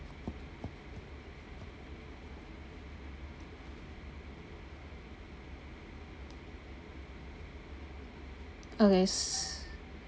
okay